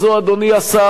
אדוני השר,